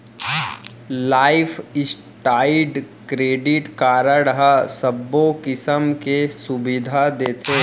life style credit card ह सबो किसम के सुबिधा देथे